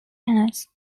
panels